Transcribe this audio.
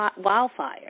wildfire